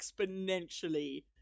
exponentially